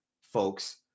folks